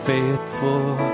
Faithful